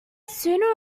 sooner